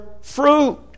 fruit